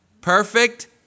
Perfect